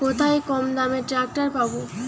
কোথায় কমদামে ট্রাকটার পাব?